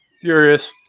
Furious